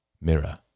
mirror